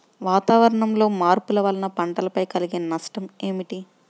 వాతావరణంలో మార్పుల వలన పంటలపై కలిగే నష్టం ఏమిటీ?